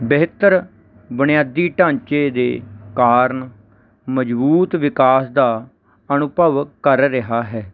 ਬਿਹਤਰ ਬੁਨਿਆਦੀ ਢਾਂਚੇ ਦੇ ਕਾਰਨ ਮਜਬੂਤ ਵਿਕਾਸ ਦਾ ਅਨੁਭਵ ਕਰ ਰਿਹਾ ਹੈ